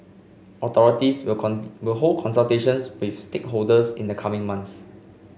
authorities will will hold consultations with stakeholders in the coming months